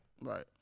Right